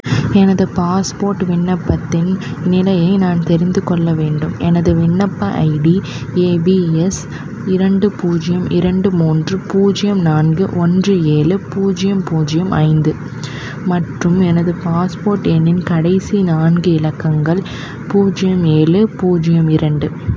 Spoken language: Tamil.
எனது பாஸ்போர்ட் விண்ணப்பத்தின் நிலையை நான் தெரிந்துக்கொள்ள வேண்டும் எனது விண்ணப்ப ஐடி ஏ பி எஸ் இரண்டு பூஜ்ஜியம் இரண்டு மூன்று பூஜ்ஜியம் நான்கு ஒன்று ஏழு பூஜ்ஜியம் பூஜ்ஜியம் ஐந்து மற்றும் எனது பாஸ்போர்ட் எண்ணின் கடைசி நான்கு இலக்கங்கள் பூஜ்ஜியம் ஏழு பூஜ்ஜியம் இரண்டு